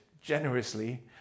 generously